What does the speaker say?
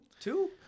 Two